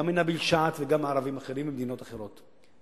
גם מנביל שעת' וגם מערבים אחרים ממדינות אחרות.